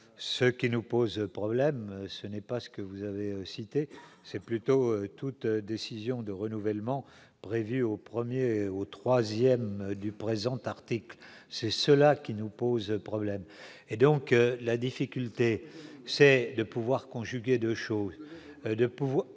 ce qui nous pose problème, ce n'est pas ce que vous avez cité c'est plutôt toute décision de renouvellement, prévu au 1er et au 3ème du présent article, c'est cela qui nous pose problème, et donc la difficulté c'est de pouvoir conjuguer 2 choses